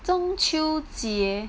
中秋节